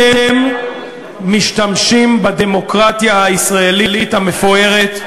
אתם משתמשים בדמוקרטיה הישראלית המפוארת,